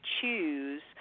choose